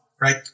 right